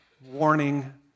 warning